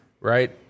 right